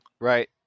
Right